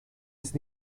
ist